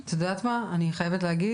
אני חייבת להגיד,